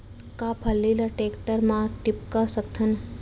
का फल्ली ल टेकटर म टिपका सकथन?